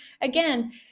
again